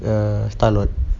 err stallone